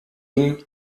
ihm